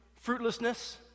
fruitlessness